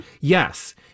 Yes